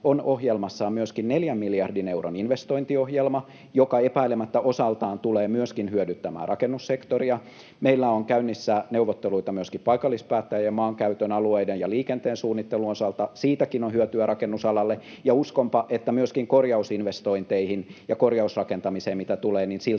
on ohjelmassaan myöskin neljän miljardin euron investointiohjelma, joka epäilemättä osaltaan tulee myöskin hyödyttämään rakennussektoria. Meillä on käynnissä neuvotteluita myöskin paikallispäättäjien kanssa maankäytön, alueiden ja liikenteen suunnittelun osalta. Siitäkin on hyötyä rakennusalalle. Ja uskonpa, että mitä myöskin korjausinvestointeihin ja korjausrakentamiseen tulee, niin siltä